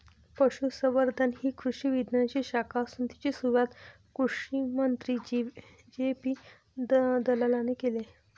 पशुसंवर्धन ही कृषी विज्ञानाची शाखा असून तिची सुरुवात कृषिमंत्री जे.पी दलालाने केले